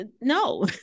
no